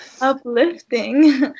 uplifting